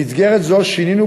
במסגרת זו שינינו,